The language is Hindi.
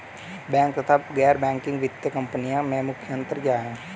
बैंक तथा गैर बैंकिंग वित्तीय कंपनियों में मुख्य अंतर क्या है?